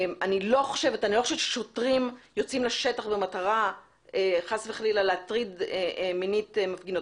אני לא חושבת ששוטרים יוצאים לשטח במטרה חס וחלילה להטריד מינית מפגינות